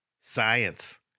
science